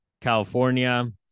California